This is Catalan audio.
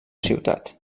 ciutat